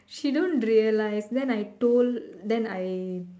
she don't realise then I told then I